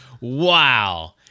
Wow